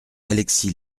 alexis